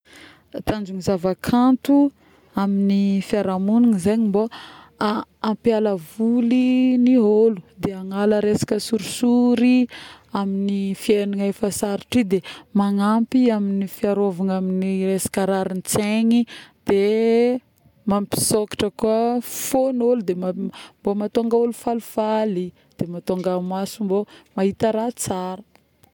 Ny tanjon'ny zava-kanto amin'ny fiarahamognina mbô˂hesitation˃ ampialavoly ny ôlo de magnala resaka sorisory amin'ny fiaignana sarotra io de magnampy amin'ny fiarovagna aminy resaka rarintsaigny de mampisôkatra koa fôgnolo de mba mahatôngo ôlo falifaly de maghatônga maso mbô mahita raha tsara